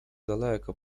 daleko